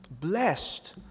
blessed